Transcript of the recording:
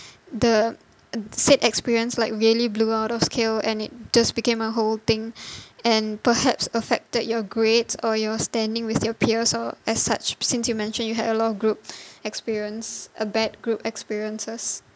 the said experience like really blew out of scale and it just became a whole thing and perhaps affected your grades or your standing with your peers or as such since you mentioned you had a lot of group experience a bad group experiences